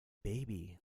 baby